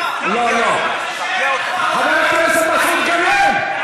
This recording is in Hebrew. חבר הכנסת מסעוד גנאים.